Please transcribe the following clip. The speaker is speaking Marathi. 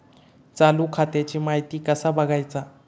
चालू खात्याची माहिती कसा बगायचा?